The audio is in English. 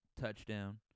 touchdown